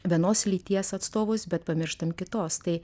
vienos lyties atstovus bet pamirštam kitos tai